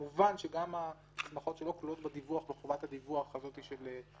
כמובן שגם ההסמכות שלו כלולות בחובת הדיווח לוועדה